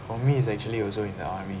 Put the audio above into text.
for me it's actually also in the army